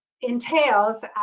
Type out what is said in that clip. entails